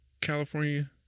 California